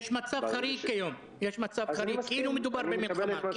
יש מצב חריג כיום, כאילו מדובר במלחמה.